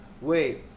wait